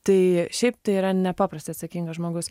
tai šiaip tai yra nepaprastai atsakingas žmogus